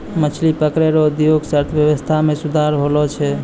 मछली पकड़ै रो उद्योग से अर्थव्यबस्था मे सुधार होलो छै